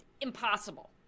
impossible